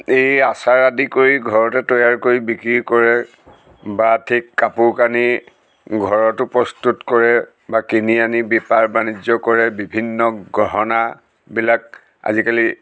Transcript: এই আচাৰ আদি কৰি ঘৰতে তৈয়াৰ কৰি বিক্ৰী কৰে বা ঠিক কাপোৰ কানি ঘৰতো প্ৰস্তুত কৰে বা কিনি আনি বেপাৰ বাণিজ্য কৰে বিভিন্ন গহনাবিলাক আজিকালি